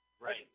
right